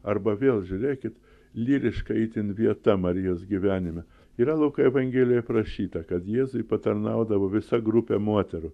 arba vėl žiūrėkit lyriška itin vieta marijos gyvenime yra luko evangelijoj aprašyta kad jėzui patarnaudavo visa grupė moterų